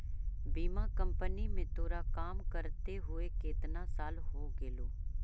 बीमा कंपनी में तोरा काम करते हुए केतना साल हो गेलो